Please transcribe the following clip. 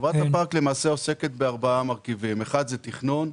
חברת הפארק למעשה עוסקת בארבעה מרכיבים 1. תכנון.